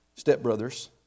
stepbrothers